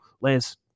Lance